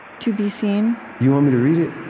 to be seen. you want me to read it?